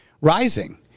rising